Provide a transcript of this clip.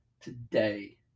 today